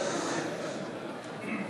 נא